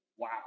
Wow